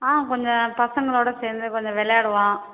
ஆ கொஞ்சம் பசங்களோடய சேர்ந்து கொஞ்சம் விளையாடுவான்